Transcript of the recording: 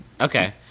Okay